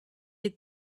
had